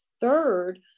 third